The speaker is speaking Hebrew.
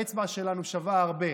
האצבע שלנו שווה הרבה.